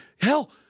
hell –